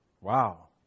Wow